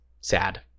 sad